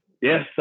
Yes